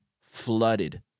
flooded